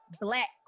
Black